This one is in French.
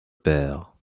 père